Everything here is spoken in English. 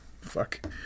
Fuck